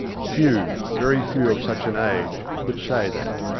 few, very few of such an age could say that.